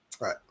Right